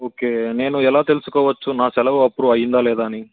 okay నేను ఎలా తెలుసుకోవచ్చు నా సెలవు అప్రూవ్ అయిందా లేదా అని